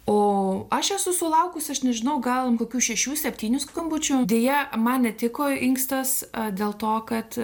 o aš esu sulaukusi aš nežinau gal kokių šešių septynių skambučių deja man netiko inkstas a dėl to kad